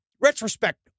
retrospect